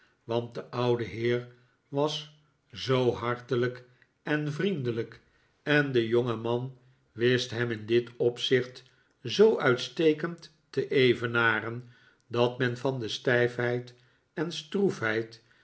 want de oude heer was zoo haftelijk en vriendelijk en de jpngeman wist hem in dit opzicht zoo uitstekend te evenaren dat men van de stijfheid en stroefheid